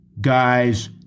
guys